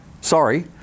sorry